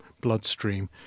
bloodstream